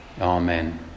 Amen